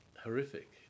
horrific